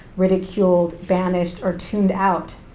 ridiculed, banished, or tuned out.